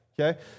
okay